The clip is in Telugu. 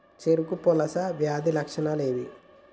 చెరుకు పొలుసు వ్యాధి లక్షణాలు ఏవి?